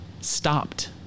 stopped